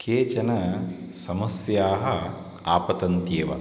केचन समस्याः आपतन्त्येव